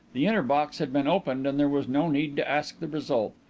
the inner box had been opened and there was no need to ask the result.